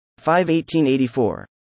5,1884